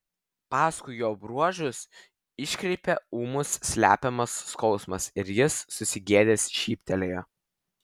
paskui jo bruožus iškreipė ūmus slepiamas skausmas ir jis susigėdęs šyptelėjo